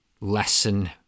lesson